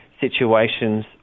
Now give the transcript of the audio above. situations